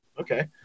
Okay